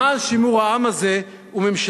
למען שימור העם הזה וממשלתו.